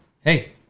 Hey